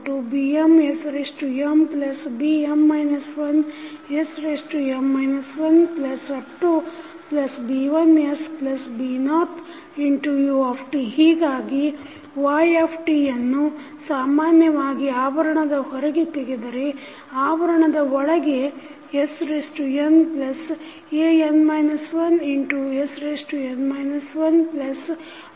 a1sa0ytbmsmbm 1sm 1b1sb0utಹೀಗಾಗಿ ytಯನ್ನು ಸಾಮಾನ್ಯವಾಗಿ ಆವರಣದ ಹೊರಗೆ ತೆಗೆದರೆ ಆವರಣದ ಒಳಗೆ snan 1sn 1